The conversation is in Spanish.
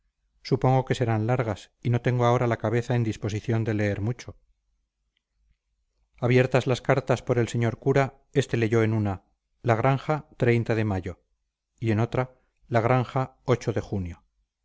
supongo que serán largas y no tengo ahora la cabeza en disposición de leer mucho abiertas las cartas por el señor cura este leyó en una la granja de mayo y en otra la granja de junio